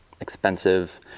expensive